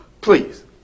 Please